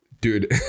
Dude